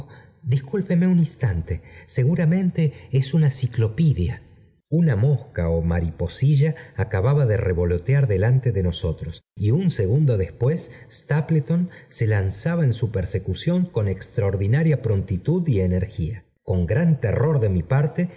discúlpeme un instante i j seguramente es una ciclopídea una mosca ó mariposilla acababa de revolotear delante de nosotros y un segundo después stapleton se lanzaba en su persecución con extraordinaria prontitud y energía con gran terror de mi parte